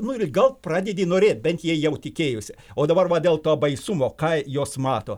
nu ir gal pradedi norėt bent jie jau tikėjosi o dabar va dėl to baisumo ką jos mato